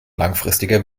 langfristiger